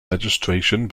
registration